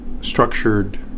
structured